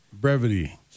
Brevity